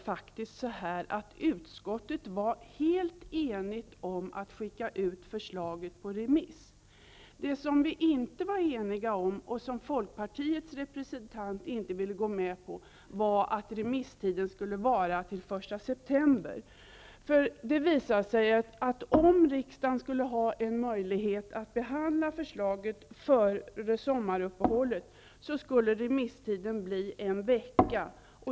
Utskottet var helt enigt om att skicka ut förslaget på remiss, Birgit Friggebo. Det som vi inte var eniga om och som Folkpartiets representant inte ville gå med på var att remisstiden skulle löpa till den 1 september. Det visade sig, att om riksdagen skulle ha en möjlighet att behandla förslaget före sommaruppehållet, skulle remisstiden bli en vecka.